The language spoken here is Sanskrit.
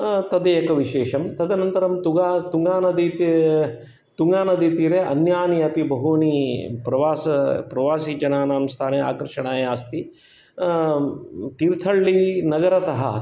तद् एकविशेषं तदनन्तरं तुगा तुङ्गानदीती तुङ्गानदीतीरे अन्यानि अपि बहूनि प्रवास प्रवासिजनानां स्थाने आकर्षणाय अस्ति तीर्थहल्लि नगरतः